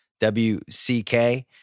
WCK